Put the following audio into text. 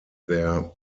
their